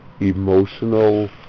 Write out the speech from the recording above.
emotional